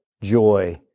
joy